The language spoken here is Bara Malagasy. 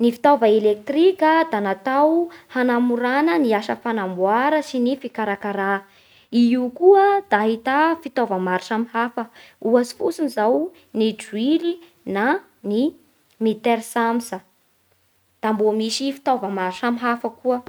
Ny fitaova elektrika da natao famorana ny asa fanamboara sy ny fikarakara. I io koa da ahita fitaova maro samy hafa, ohatsy fotsiny zao ny droily na ny mitersamsa, da mbô misy fitaova maro samy hafa koa.